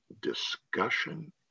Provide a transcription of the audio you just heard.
discussion